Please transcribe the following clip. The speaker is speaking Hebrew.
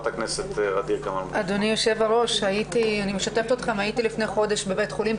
הנערה נאנסה משלושה גורמים,